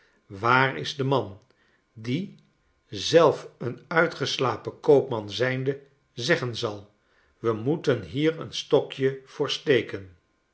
waar is de man die zelf een uitgeslapen koopman zijnde zeggen zal we moeten hier een stokje voor steken